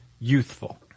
youthful